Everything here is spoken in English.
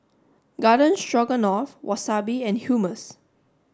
garden Stroganoff Wasabi and Hummus